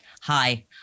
hi